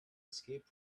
escaped